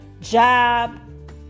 job